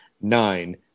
Nine